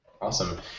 Awesome